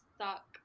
stuck